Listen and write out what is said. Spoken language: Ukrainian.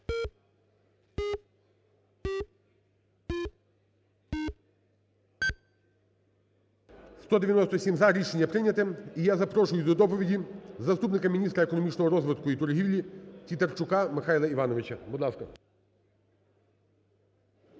190 – за. Рішення прийняте. І я запрошую до доповіді заступника міністра економічного розвитку і торгівлі Тітарчука Михайла Івановича. Михайло